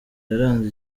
yaranze